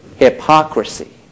hypocrisy